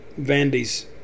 vandy's